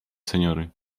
seniory